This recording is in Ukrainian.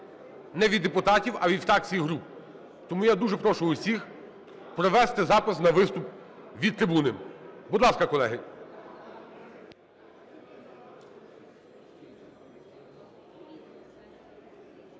не від депутатів, а від фракцій і груп. Тому я дуже прошу усіх провести запис на виступ від трибуни. Будь ласка, колеги.